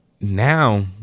now